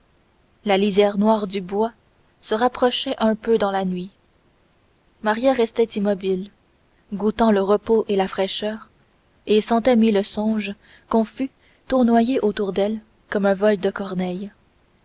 la lisière noire du bois se rapprochait un peu dans la nuit maria restait immobile goûtant le repos et la fraîcheur et sentait mille songes confus tournoyer autour d'elle comme tin vol de corneilles